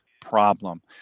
problem